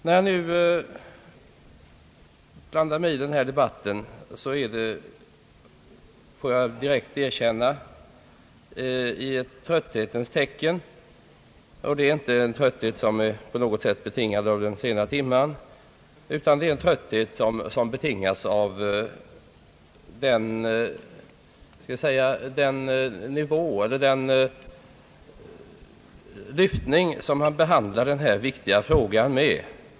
När jag nu blandar mig i denna debatt, så får jag erkänna att det är i trötthetens tecken. Men det är inte en trötthet som är på något sätt betingad av den sena timmen utan det är en trötthet som betingas av den brist på lyftning som man behandlar denna viktiga fråga med.